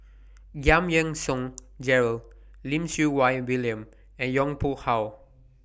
Giam Yean Song Gerald Lim Siew Wai William and Yong Pung How